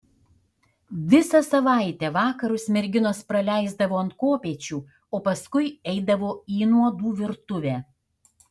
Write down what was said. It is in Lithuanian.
visą savaitę vakarus merginos praleisdavo ant kopėčių o paskui eidavo į nuodų virtuvę